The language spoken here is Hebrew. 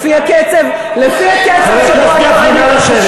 לפי הקצב שבו, חבר הכנסת גפני,